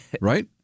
right